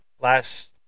last